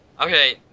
Okay